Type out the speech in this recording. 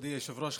מכובדי היושב-ראש,